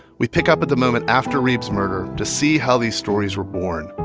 we pick up at the moment after reeb's murder to see how these stories were born,